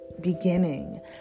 beginning